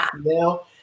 now